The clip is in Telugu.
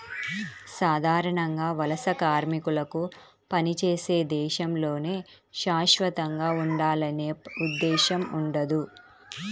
సాధారణంగా వలస కార్మికులకు పనిచేసే దేశంలోనే శాశ్వతంగా ఉండాలనే ఉద్దేశ్యం ఉండదు